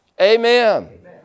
Amen